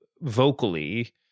vocally